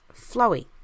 flowy